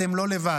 אתם לא לבד.